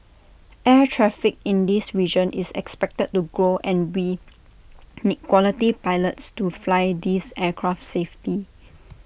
air traffic in this region is expected to grow and we need quality pilots to fly these aircraft safely